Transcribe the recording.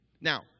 Now